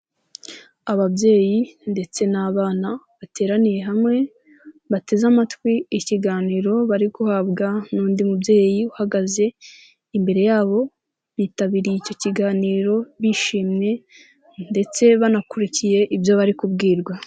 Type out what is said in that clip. Ababyeyi ndetse n'abana bateraniye hamwe, bateze amatwi ikiganiro bari guhabwa n'undi mubyeyi uhagaze imbere yabo, bitabiriye icyo kiganiro bishimye ndetse banakurikiye ibyo bari kubwirwa.